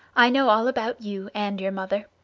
i know all about you and your mother.